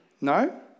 No